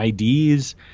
IDs